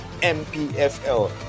MPFL